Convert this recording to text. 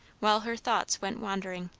while her thoughts went wandering.